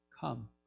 Come